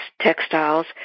textiles